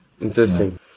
interesting